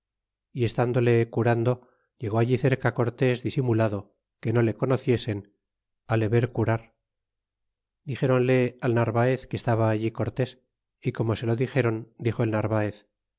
y estándole curando llegó allí cerca cortés disimulado que no le conociesen á le ver curar dixeronle al narvaez que estaba allí cortés y como se lo dixéron dixo el narvaez